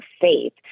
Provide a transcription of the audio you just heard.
faith